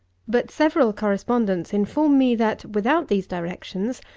but several correspondents inform me that, without these directions,